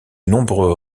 nombreux